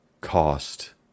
Cost